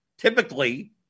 Typically